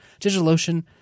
DigitalOcean